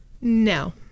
No